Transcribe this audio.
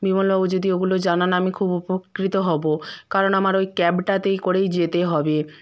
বিমলবাবু যদি ওগুলো জানান আমি খুব উপকৃত হবো কারণ আমার ওই ক্যাবটাতে করেই যেতে হবে